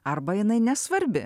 arba jinai nesvarbi